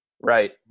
right